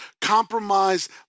compromise